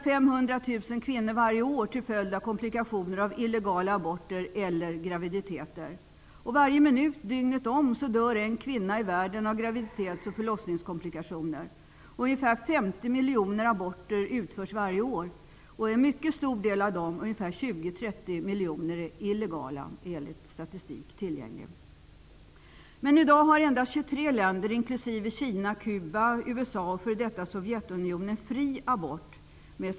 500 000 kvinnor dör varje år till följd av komplikationer av illegala aborter eller av graviditeter. Varje minut, dygnet runt, dör en kvinna i världen av graviditets och förlossningskomplikationer. Ungefär 50 miljoner aborter utförs varje år. Enligt tillgänglig statistik är en mycket stor del av dem, ca 20-30 miljoner, illegala. I dag har endast 23 länder, inklusive Kina, Cuba, USA och f.d. Sovjetunionen ''fri abort''.